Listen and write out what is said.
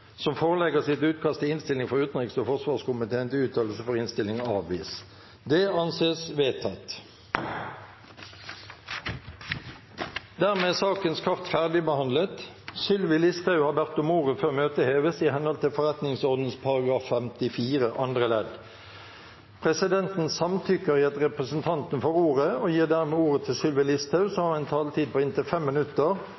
som forelegger sitt utkast til innstilling for utenriks- og forsvarskomiteen til uttalelse før innstilling avgis. Dermed er sakene på dagens kart ferdigbehandlet. Representanten Sylvi Listhaug har bedt om ordet før møtet heves i henhold forretningsordenen § 54 andre ledd. Presidenten samtykker i at representanten får ordet og gir dermed ordet til Sylvi Listhaug, som